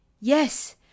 Yes